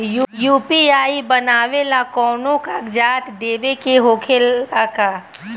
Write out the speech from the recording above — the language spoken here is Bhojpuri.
यू.पी.आई बनावेला कौनो कागजात देवे के होखेला का?